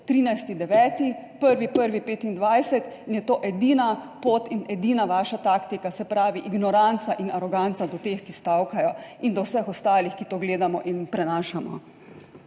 1. 1. 2025 in je to edina pot in edina vaša taktika, se pravi ignoranca in aroganca do teh, ki stavkajo, in do vseh ostalih, ki to gledamo in prenašamo?